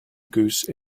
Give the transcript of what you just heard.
goose